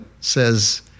says